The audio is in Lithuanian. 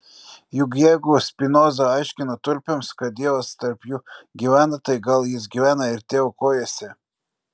juk jeigu spinoza aiškino tulpėms kad dievas tarp jų gyvena tai gal jis gyvena ir tėvo kojose